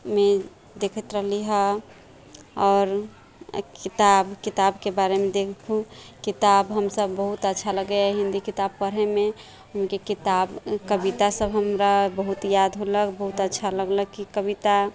मे देखैत रहलि हँ आओर किताब किताबके बारेमे देखू किताब हमसभ बहुत अच्छा लगैया हिन्दी किताब पढ़ैमे ओहिमेके किताब कविता सभ हमरा बहुत याद होयलक बहुत अच्छा लगलक कि कविता